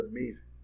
amazing